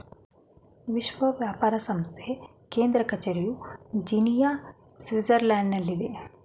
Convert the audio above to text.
ವಿಶ್ವ ವ್ಯಾಪಾರ ಸಂಸ್ಥೆಯ ಕೇಂದ್ರ ಕಚೇರಿಯು ಜಿನಿಯಾ, ಸ್ವಿಟ್ಜರ್ಲ್ಯಾಂಡ್ನಲ್ಲಿದೆ